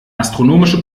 astronomische